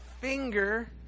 finger